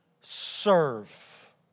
serve